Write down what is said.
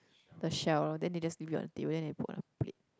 the shell lor then they just leave it on the table then they put it on a plate